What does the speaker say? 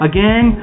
Again